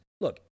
look